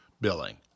billing